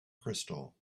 crystal